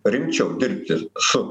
rimčiau dirbti su